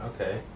Okay